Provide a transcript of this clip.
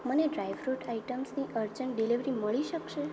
મને ડ્રાયફ્રુટ આઇટમ્સની urgent delivery મળી શકશે